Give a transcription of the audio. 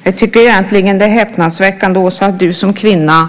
Herr talman! Jag tycker egentligen att det är häpnadsväckande, Åsa, att du som kvinna